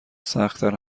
سختتر